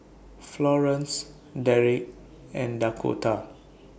Florence Derek and Dakotah